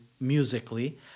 Musically